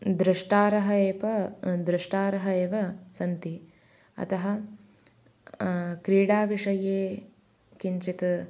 द्रष्टारः एव द्रष्टारः एव सन्ति अतः क्रीडा विषये किञ्चित्